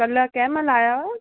कल्ह कंहिंमहिल आया हुयुव